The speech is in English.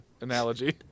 analogy